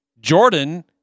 Jordan